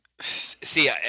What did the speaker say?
See